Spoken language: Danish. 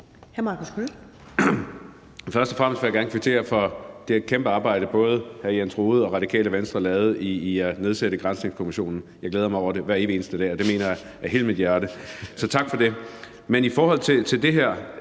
Marcus Knuth (KF): Først og fremmest vil jeg gerne kvittere for det kæmpe arbejde, både hr. Jens Rohde og Radikale Venstre lavede ved at nedsætte granskningskommissionen. Jeg glæder mig over det hver evig eneste dag, og det mener jeg af hele mit hjerte. Så tak for det.